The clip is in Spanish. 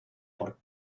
por